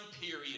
period